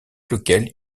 lesquels